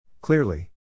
Clearly